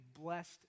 blessed